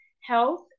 health